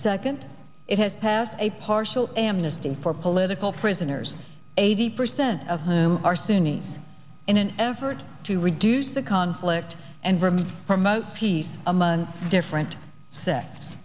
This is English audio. second it has passed a partial amnesty for political prisoners eighty percent of whom are sunni in an effort to reduce the conflict and promote peace a month different sects